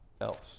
else